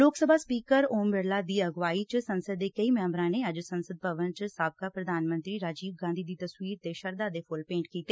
ਲੋਕ ਸਭਾ ਸਪੀਕਰ ਓਮ ਬਿਰਲਾ ਦੀ ਅਗਵਾਈ ਚ ਸੰਸਦ ਦੇ ਕਈ ਮੈਬਰਾਂ ਨੇ ਅੱਜ ਸੰਸਦ ਭਵਨ ਚ ਸਾਬਕਾ ਪ੍ਰਧਾਨ ਮੰਤਰੀ ਰਾਜੀਵ ਗਾਂਧੀ ਦੀ ਤਸਵੀਰ ਤੇ ਸ਼ਰਧਾ ਦੇ ਫੁੱਲ ਭੇਟ ਕੀਤੇ